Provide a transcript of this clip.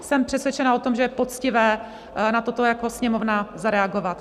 Jsem přesvědčená o tom, že je poctivé na toto jako Sněmovna zareagovat.